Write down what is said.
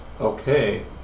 Okay